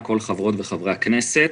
חברו וחברי הכנסת,